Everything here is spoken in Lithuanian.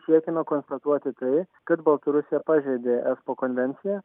siekiame konfrontuoti tai kad baltarusija pažeidė espo konvenciją